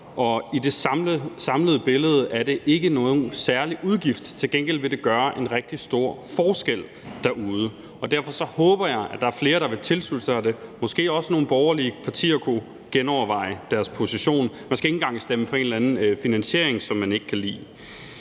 I det samlede billede er det ikke nogen særlig udgift. Til gengæld vil det gøre en rigtig stor forskel derude. Derfor håber jeg, at der er flere, der vil tilslutte sig det; måske også nogle borgerlige partier kunne genoverveje deres position. Man skal ikke engang stemme for en eller anden finansiering, som man ikke kan lide.